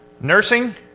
nursing